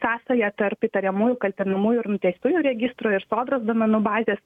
sąsaja tarp įtariamųjų kaltinamųjų ir nuteistųjų registro ir sodros duomenų bazės